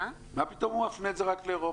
מה פתאום הוא מפנה את זה רק לאירופה?